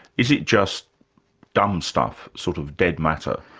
is it just dumb stuff, sort of dead matter?